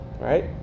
Right